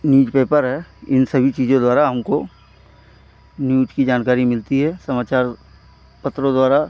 news paper है इन सभी चीज़ों द्वारा हमको न्यूज़ की जानकारी मिलती है समाचार पत्रों द्वारा